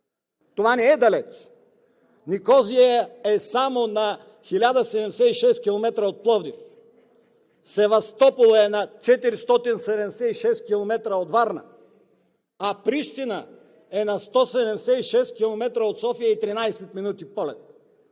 Това не е далеч. Никозия е само на 1076 км от Пловдив, Севастопол е на 476 км от Варна, а Прищина е на 176 км от София и 13 минути полет.